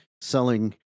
selling